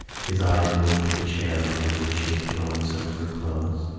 his eyes moved to the chair over which she had thrown some of her clothes.